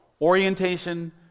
orientation